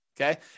okay